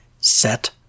set